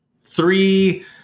three